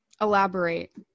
Elaborate